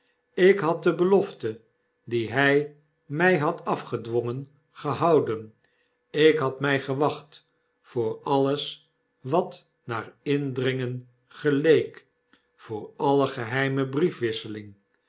ik had de belofte die hij my had afgedwongen gehouden ik had my gewacht voor alles wat naar indringen geleek voor alle geheime briefwisseling